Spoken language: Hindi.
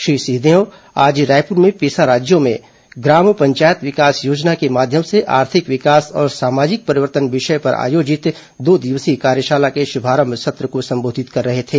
श्री सिंहदेव आज रायपुर में पेसा राज्यों में ग्राम पंचायत विकास योजना के माध्यम से आर्थिक विकास और सामाजिक परिवर्तन विषय पर आयोजित दो दिवसीय कार्यशाला के शुभारंभ सत्र को संबोधित कर रहे थे